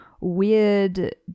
weird